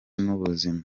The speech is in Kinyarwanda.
n’ubuzima